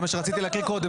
זהמה שרציתי להקריא קודם.